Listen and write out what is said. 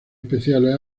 especiales